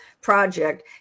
project